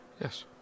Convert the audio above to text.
Yes